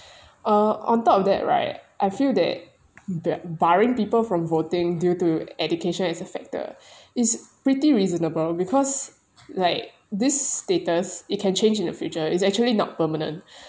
uh on top of that right I feel that ba~ barring people from voting due to education as a factor is pretty reasonable because like this status it can change in the future it's actually not permanent